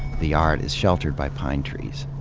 the yard is sheltered by pine trees.